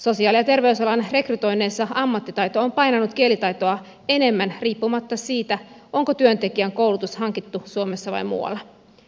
sosiaali ja terveysalan rekrytoinneissa ammattitaito on painanut kielitaitoa enemmän riippumatta siitä onko työntekijän koulutus hankittu suomessa vai muualla